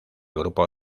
grupo